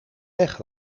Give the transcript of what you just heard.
weg